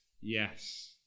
yes